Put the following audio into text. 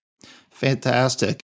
Fantastic